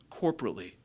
corporately